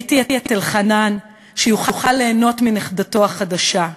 ראיתי את אלחנן, שיוכל ליהנות מנכדתו החדשה,